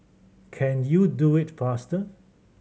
can you do it faster